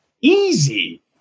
Easy